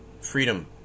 freedom